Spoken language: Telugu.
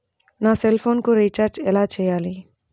నా సెల్ఫోన్కు రీచార్జ్ ఎలా చేయాలి?